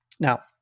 Now